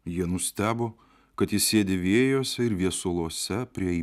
jie nustebo kad ji sėdi vėjuose ir viesuluose prie